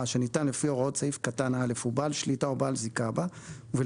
שניתן לפי הוראות סעיף קטן (א) והוא בעל שליטה או בעל זיקה בה ובלבד